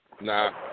Nah